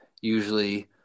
usually